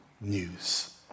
news